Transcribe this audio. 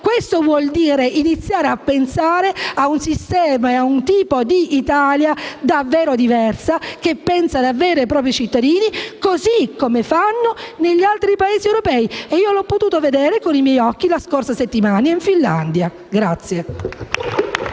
questo vuol dire iniziare a pensare a un sistema e a un tipo di Italia davvero diverso, che pensi davvero ai propri cittadini, così come fanno gli altri Paesi europei, come ho potuto vedere con i miei occhi la scorsa settimana in Finlandia.